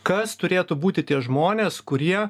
kas turėtų būti tie žmonės kurie